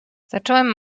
zacząłem